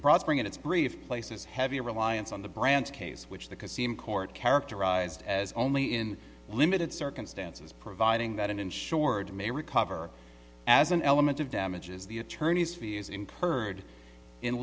prospering in its brief places heavy reliance on the branch case which the cosine court characterized as only in limited circumstances providing that an insured may recover as an element of damages the attorney's fees incurred in